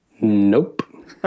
nope